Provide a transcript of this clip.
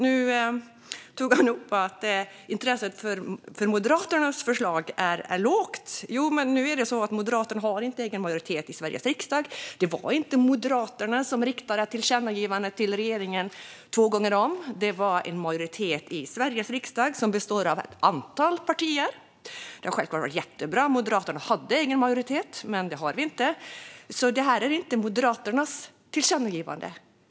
Nu tog han upp att intresset för Moderaternas förslag är lågt. Jo, men Moderaterna har inte egen majoritet i Sveriges riksdag. Det var inte Moderaterna som riktade tillkännagivandet till regeringen två gånger om. Det var en majoritet i Sveriges riksdag som består av ett antal partier. Det hade självklart varit jättebra om Moderaterna hade haft egen majoritet, men det har vi inte. Detta är alltså inte Moderaternas tillkännagivande.